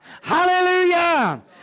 Hallelujah